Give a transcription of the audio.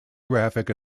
graphic